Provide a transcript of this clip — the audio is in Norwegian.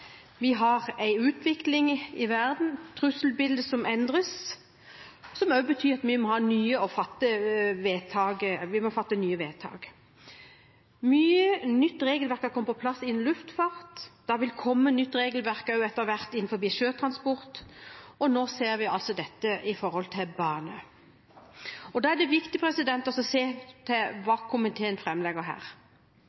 vi ser at det er en utvikling i verden og et trusselbilde som endres, som også betyr at vi må fatte nye vedtak. Mye nytt regelverk er kommet på plass innen luftfart, det vil komme nytt regelverk etter hvert innenfor sjøtransport, og nå ser vi altså dette i forhold til bane. Da er det viktig å se hva komiteen framlegger her.